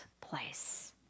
place